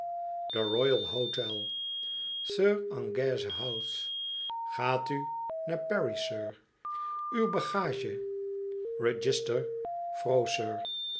the royal hotel sir angaiahe ouse gaat u naar parry sir uw bagage